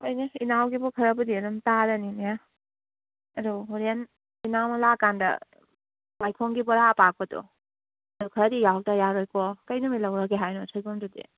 ꯍꯣꯏꯅꯦ ꯏꯅꯥꯎꯒꯤꯕꯨ ꯈꯔꯕꯨꯗꯤ ꯑꯗꯨꯝ ꯇꯥꯔꯅꯤꯅꯦ ꯑꯗꯣ ꯍꯣꯔꯦꯟ ꯏꯅꯥꯎꯅ ꯂꯥꯛꯑ ꯀꯥꯟꯗ ꯋꯥꯏꯈꯣꯡꯒꯤ ꯕꯣꯔꯥ ꯑꯄꯥꯛꯄꯗꯣ ꯑꯗꯨ ꯈꯔꯗꯤ ꯌꯥꯎꯔꯛꯇꯕ ꯌꯥꯔꯣꯏꯀꯣ ꯀꯔꯤ ꯅꯨꯃꯤꯠ ꯂꯧꯔꯒꯦ ꯍꯥꯏꯅꯣ ꯁꯣꯏꯕꯨꯝꯗꯨꯗꯤ